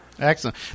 Excellent